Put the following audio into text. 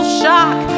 shock